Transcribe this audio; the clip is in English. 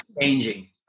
changing